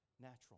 natural